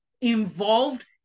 involved